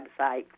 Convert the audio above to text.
website